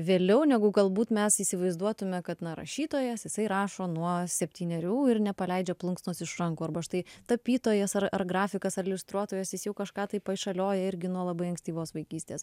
vėliau negu galbūt mes įsivaizduotume kad na rašytojas jisai rašo nuo septynerių ir nepaleidžia plunksnos iš rankų arba štai tapytojas ar ar grafikas ar iliustruotojas jis jau kažką tai paišalioja irgi nuo labai ankstyvos vaikystės